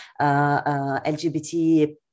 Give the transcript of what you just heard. LGBT